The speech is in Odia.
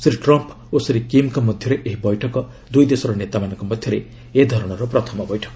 ଶ୍ରୀ ଟ୍ରମ୍ପ୍ ଓ ଶ୍ରୀ କିମ୍ଙ୍କ ମଧ୍ୟରେ ଏହି ବୈଠକ ଦୁଇଦେଶର ନେତାମାନଙ୍କ ମଧ୍ୟରେ ଏ ଧରଣର ପ୍ରଥମ ବୈଠକ